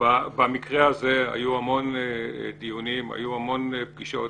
במקרה הזה היו המון דיונים והיו פגישות